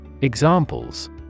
Examples